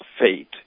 fate